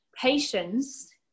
patience